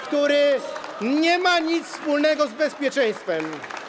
który nie ma nic wspólnego z bezpieczeństwem.